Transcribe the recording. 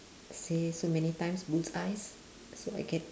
say so many time bullseye's so I get